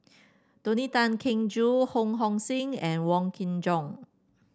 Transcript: Tony Tan Keng Joo Ho Hong Sing and Wong Kin Jong